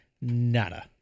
nada